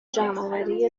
جمعآوری